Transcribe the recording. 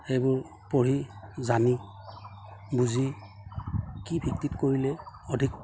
সেইবোৰ পঢ়ি জানি বুজি কি ভিত্তিত কৰিলে অধিক